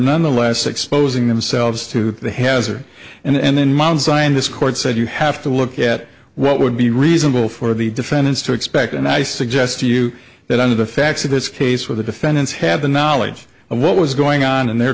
nonetheless exposing themselves to the hazard and then mount syon this court said you have to look at what would be reasonable for the defendants to expect and i suggest to you that under the facts of this case where the defendants have the knowledge of what was going on in their